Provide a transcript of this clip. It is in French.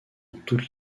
toutes